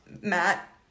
Matt